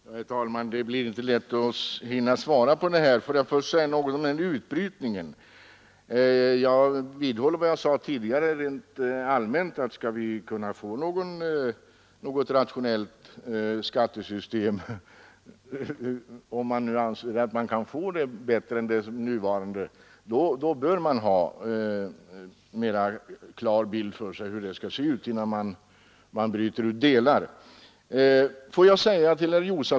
Herr talman! Det blir inte lätt att hinna svara på allt det här! För att först tala om utbrytningen vidhåller jag vad jag sade tidigare rent allmänt, nämligen att skall vi kunna få något rationellt skattesystem — om man nu anser att man kan få ett som är bättre än det nuvarande — bör man ha en mera klar bild för sig av hur det skall se ut innan man bryter ut delar.